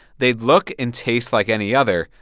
they'd look and taste like any other,